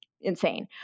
insane